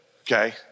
Okay